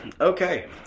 Okay